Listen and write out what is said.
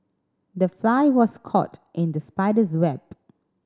the fly was caught in the spider's web